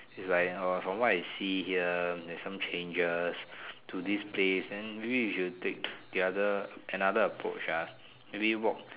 is like uh from what I see here there's some changes to this place then maybe you should take the other another approach ah maybe walk